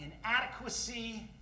inadequacy